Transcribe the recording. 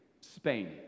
Spain